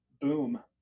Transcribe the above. boom